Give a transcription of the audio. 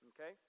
Okay